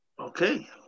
Okay